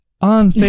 on